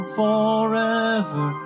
forever